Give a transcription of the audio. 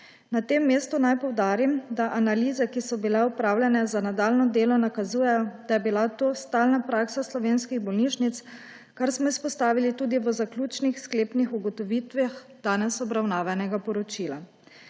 Na tem mestu naj poudarim, da analize, ki so bile opravljene, za nadaljnje delo nakazujejo, da je bila to stalna praksa v slovenskih bolnišnicah, kar smo izpostavili tudi v zaključnih sklepnih ugotovitvah danes obravnavanega poročila.